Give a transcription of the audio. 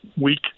week